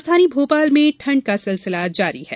राजधानी भोपाल में ठंड का सिलसिला जारी है